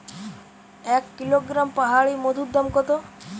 এক কিলোগ্রাম পাহাড়ী মধুর দাম কত?